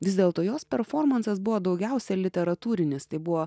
vis dėlto jos performansas buvo daugiausia literatūrinis tai buvo